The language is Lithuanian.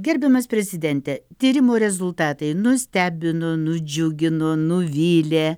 gerbiamas prezidente tyrimo rezultatai nustebino nudžiugino nuvylė